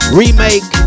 remake